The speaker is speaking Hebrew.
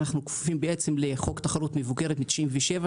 אנחנו כפופים לחוק תחרות מבוקרת משנת 1997,